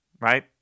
right